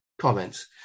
comments